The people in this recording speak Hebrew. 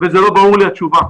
והתשובה לא ברורה לי.